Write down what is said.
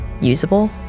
usable